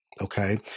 okay